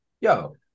Yo